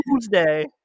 Tuesday